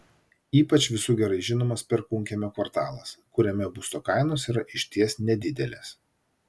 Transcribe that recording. ypač visų gerai žinomas perkūnkiemio kvartalas kuriame būsto kainos yra išties nedidelės